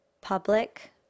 public